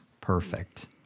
Perfect